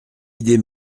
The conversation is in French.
idée